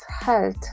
health